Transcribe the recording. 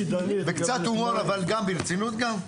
ברצינות,